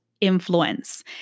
influence